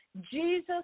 Jesus